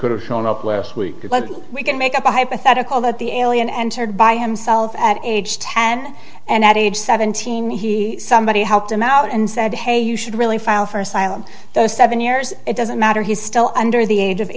could have shown up last week but we can make up a hypothetical that the alien entered by himself at age ten and at age seventeen he somebody helped him out and said hey you should really file for asylum the seven years it doesn't matter he's still under the age of